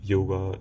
Yoga